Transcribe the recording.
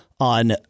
on